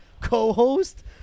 co-host